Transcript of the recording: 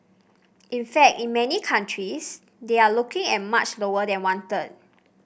in fact in many countries they are looking at much lower than one third